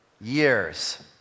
years